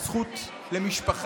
על הזכות למשפחה,